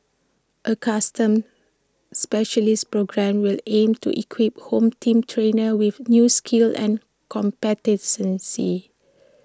A custom specialist programme will aim to equip home team trainers with new skills and competencies